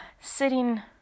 sitting